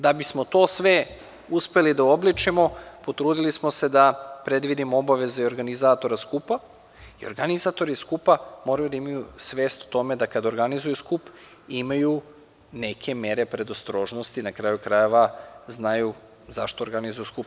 Da bismo to sve uspeli da uobličimo potrudili smo se da predvidimo obaveze i organizacije skupa, i organizatori skupa moraju da imaju svest tome da kada organizuju skup imaju neke mere predostrožnosti, na kraju krajeva, znaju zašto organizuju skup.